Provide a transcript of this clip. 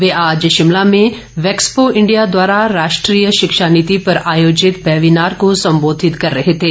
वे आज शिमला में वैक्सपो इंडिया द्वारा राष्ट्रीय शिक्षा नीति पर आयोजित वेबिनार को संबोधित कर रहे थे